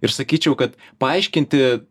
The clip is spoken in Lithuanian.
ir sakyčiau kad paaiškinti